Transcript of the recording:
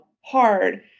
hard